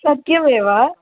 सत्यमेव